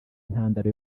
intandaro